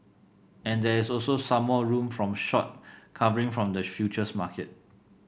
and there is also some more room from short covering from the futures market